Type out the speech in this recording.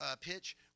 pitch